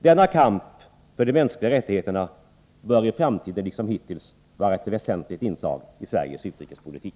Denna kamp för de mänskliga rättigheterna bör i framtiden liksom hittills vara ett väsentligt inslag i Sveriges utrikespolitik.